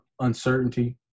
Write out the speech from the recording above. uncertainty